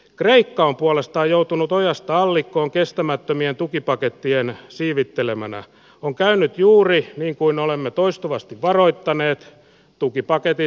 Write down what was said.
kreikan puolesta joutunut ojasta allikkoon kestämättömiä tukipakettien siivittelemänä on käynyt juuri niinkuin olemme toistuvasti varoittaneet tukipaketin